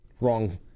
Wrong